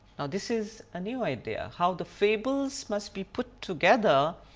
this is a new idea, how the fables must be put together,